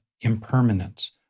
impermanence